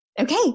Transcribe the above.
Okay